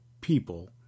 people